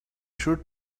sure